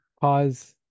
pause